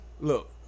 Look